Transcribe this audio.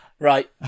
Right